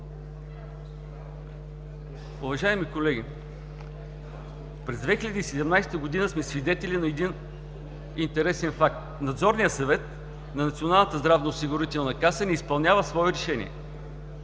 Уважаеми колеги, през 2017 г. сме свидетели на един интересен факт. Надзорният съвет на Националната здравноосигурителна каса не изпълнява свое решение.